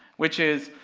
which is,